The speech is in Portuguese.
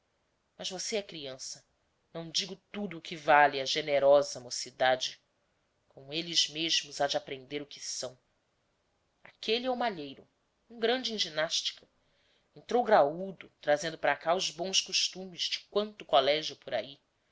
mas você é criança não digo tudo o que vale a generosa mocidade com eles mesmos há de aprender o que são aquele é o malheiro um grande em ginástica entrou graúdo trazendo para cá os bons costumes de quanto colégio por ai